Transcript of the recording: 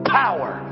power